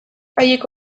haiek